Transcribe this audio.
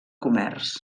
comerç